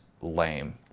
lame